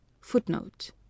footnote